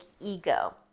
ego